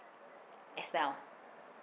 as well